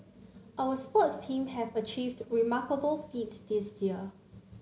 our sports teams have achieved remarkable feats this year